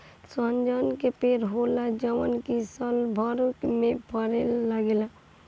सहजन के पेड़ होला जवन की सालभर में फरे लागेला